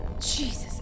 Jesus